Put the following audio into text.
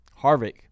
Harvick